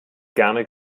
gerne